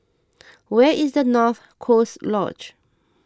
where is North Coast Lodge